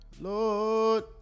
lord